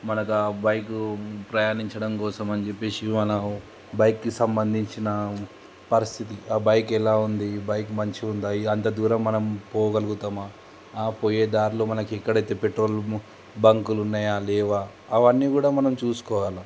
మనకు ఆ బైక్ ప్రయాణించడం కోసము అని చెప్పేసి మన బైక్కి సంబంధించిన పరిస్థితి ఆ బైక్ ఎలా ఉంది బైక్ మంచిగా ఉండాలి అంత దూరం మనం పోగలుగుతామ ఆ పోయే దారిలో మనకి ఎక్కడైతే పెట్రోల్ బంకులు ఉన్నాయా లేవా అవన్నీ కూడా మనం చూసుకోవాలి